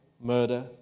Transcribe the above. murder